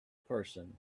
person